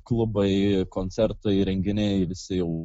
klubai koncertai renginiai visi jau